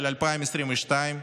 2022,